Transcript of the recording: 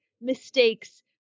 mistakes